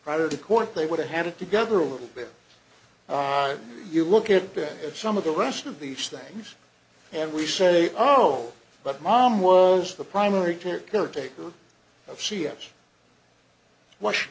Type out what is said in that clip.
prior to court they would have had it together a little bit you look at it some of the rest of these things and we say oh but mom was the primary caretaker